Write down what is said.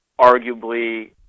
arguably